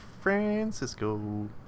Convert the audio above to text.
Francisco